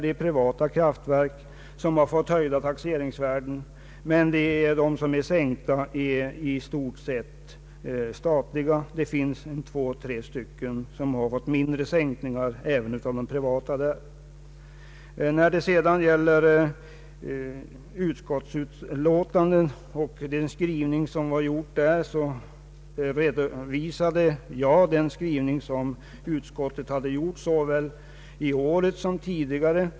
De privata kraftverken har med två eller tre undantag fått höjda taxeringsvärden. De som fått sänkta värden är i stort sett de statliga kraftverken. Jag redovisade den skrivning som utskottet har gjort såväl i år som tidigare.